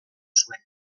zuen